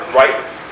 rights